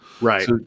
Right